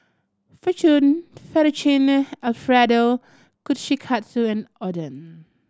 Fettuccine Alfredo Kushikatsu and Oden